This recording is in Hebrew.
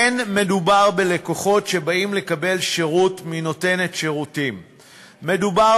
אין מדובר ב"לקוחות" ש"באים לקבל שירות" מ"נותנת שירותים"; מדובר